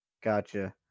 gotcha